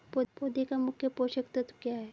पौधे का मुख्य पोषक तत्व क्या हैं?